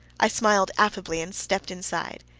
i smiled affably, and stepped inside.